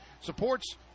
supports